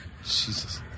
Jesus